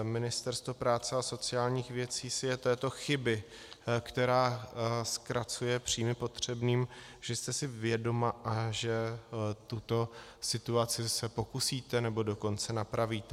Ministerstvo práce a sociálních věcí si je této chyby, která zkracuje příjmy potřebným, že jste si vědoma a že tuto situaci se pokusíte, nebo dokonce napravíte.